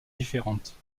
différentes